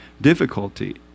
difficulty